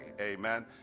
Amen